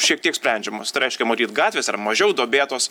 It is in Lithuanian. šiek tiek sprendžiamos tai reiškia matyt gatvės yra mažiau duobėtos